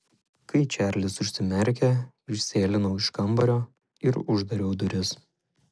kai čarlis užsimerkė išsėlinau iš kambario ir uždariau duris